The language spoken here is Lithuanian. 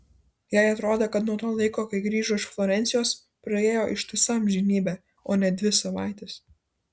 jai atrodė kad nuo to laiko kai grįžo iš florencijos praėjo ištisa amžinybė o ne dvi savaitės